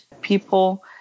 people